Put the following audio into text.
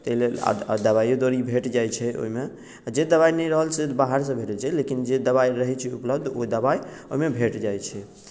ताहि लेल आ दबाइओ दौरी भेट जाइत छै ओहिमे जे दबाइ नहि रहल से बाहरसँ भेटैत छै लेकिन जे दबाइ रहैत छै उपलब्ध ओ दबाइ ओहिमे भेट जाइत छै